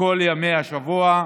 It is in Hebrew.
כל ימי השבוע,